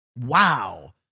Wow